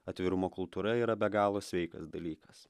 atvirumo kultūra yra be galo sveikas dalykas